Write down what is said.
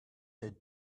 had